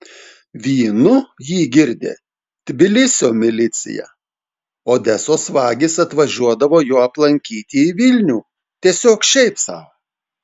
vynu jį girdė tbilisio milicija odesos vagys atvažiuodavo jo aplankyti į vilnių tiesiog šiaip sau